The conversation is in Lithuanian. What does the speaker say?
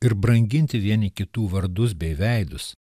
ir branginti vieni kitų vardus bei veidus